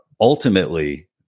ultimately